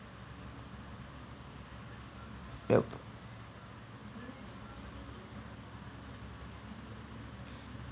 yup